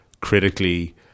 critically